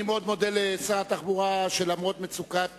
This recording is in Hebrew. אני מאוד מודה לשר התחבורה, שלמרות מצוקת